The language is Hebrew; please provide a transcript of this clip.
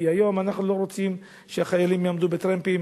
כי היום אנחנו לא רוצים שהחיילים יעמדו בטרמפים.